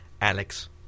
Alex